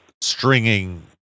stringing